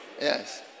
Yes